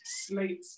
slate